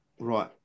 Right